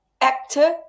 actor